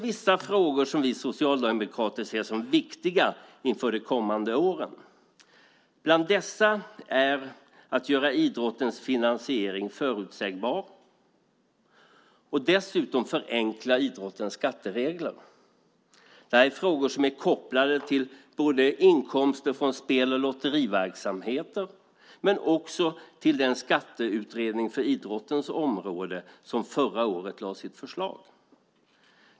Vissa frågor ser vi socialdemokrater som viktiga inför de kommande åren. En av dem är att göra idrottens finansiering förutsägbar och att förenkla idrottens skatteregler. Det är frågor som är kopplade både till inkomster från spel och lotteriverksamheter och till den skatteutredning för idrottens område som lade sitt förslag förra året.